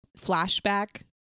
flashback